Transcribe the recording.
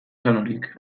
sanorik